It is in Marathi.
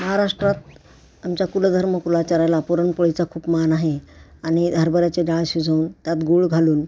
महाराष्ट्रात आमच्या कुलधर्म कुलाचाराला पुरणपोळीचा खूप मान आहे आणि हरभऱ्याचे डाळ शिजवून त्यात गूळ घालून